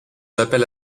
appels